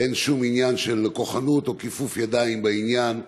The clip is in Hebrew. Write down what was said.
ואין שום עניין של כוחנות או כיפוף ידיים בעניין,